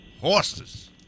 Horses